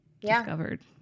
discovered